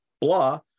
blah